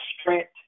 strength